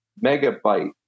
megabyte